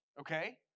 okay